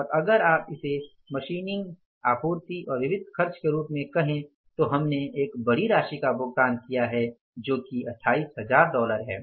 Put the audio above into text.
और आप अगर इसे मशीनिं या आपूर्ति और विविध खर्च के रूप में कहे तो हमने एक बड़ी राशि का भुगतान किया है जो 28 हजार डॉलर है